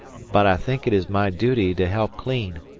but i think it is my duty to help clean.